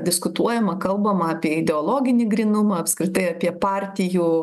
diskutuojama kalbama apie ideologinį grynumą apskritai apie partijų